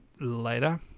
later